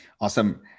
Awesome